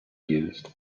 used